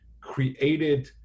created